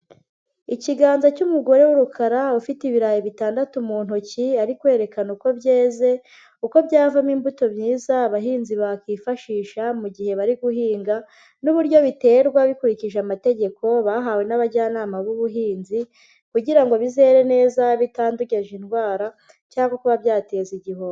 Ikiganza cy'umugore w'urukara ufite ibirayi bitandatu mu ntoki ari kwerekana uko byeze, uko byavamo imbuto myiza abahinzi bakifashisha mu gihe bari guhinga n'uburyo biterwa bikurikije amategeko bahawe n'abajyanama b'ubuhinzi kugira ngo bizere neza bitandugeje indwara cyangwa kuba byateza igihombo.